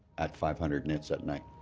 at five hundred nits at night?